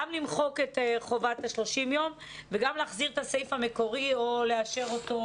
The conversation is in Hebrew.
גם למחוק את חובת ה-30 יום וגם להחזיר את הסעיף המקורי או לאשר אותו,